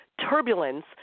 turbulence